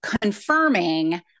confirming